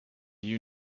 you